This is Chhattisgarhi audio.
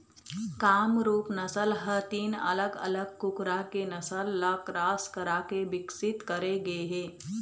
कामरूप नसल ह तीन अलग अलग कुकरा के नसल ल क्रास कराके बिकसित करे गे हे